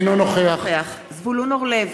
אינו נוכח זבולון אורלב,